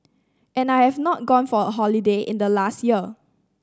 and I have not gone for a holiday in the last year